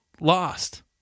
lost